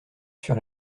sur